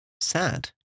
sad